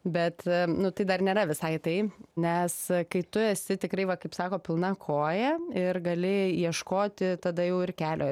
bet nu tai dar nėra visai tai nes kai tu esi tikrai va kaip sako pilna koja ir galėjai ieškoti tada jau ir kelio